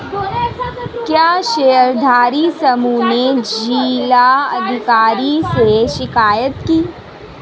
क्या शेयरधारी समूह ने जिला अधिकारी से शिकायत की?